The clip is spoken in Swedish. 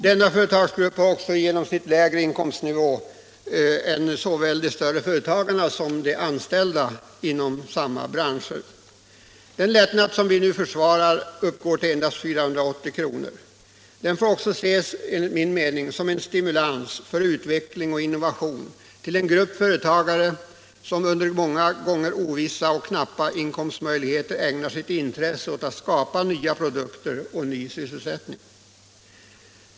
Denna företagargrupp har i genomsnitt också lägre inkomstnivå än såväl de större företagarna som de anställda inom samma branscher. Den lättnad som vi nu försvarar uppgår till endast 480 kr. Den får också ses som en stimulans för utveckling och innovation till en grupp företagare, som under många gånger ovissa och knappa inkomstförhållanden ägnar sitt intresse åt att skapa nya produkter och ny sysselsättning.